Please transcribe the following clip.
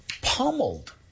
pummeled